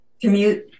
commute